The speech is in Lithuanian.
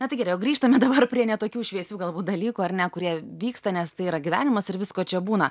na tai gerai o grįžtame dabar prie ne tokių šviesių galbūt dalykų ar ne kurie vyksta nes tai yra gyvenimas ir visko čia būna